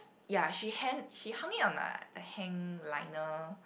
ya she hand she hung it on the hang liner